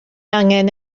angen